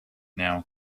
now